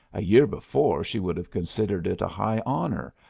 a year before she would have considered it a high honor,